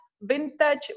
vintage